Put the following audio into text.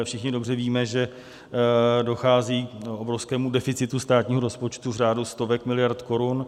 Všichni dobře víme, že dochází k obrovskému deficitu státního rozpočtu v řádu stovek miliard korun.